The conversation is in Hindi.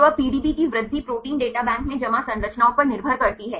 तो अब पीडीबी की वृद्धि प्रोटीन डेटा बैंक में जमा संरचनाओं पर निर्भर करती है